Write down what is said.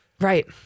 Right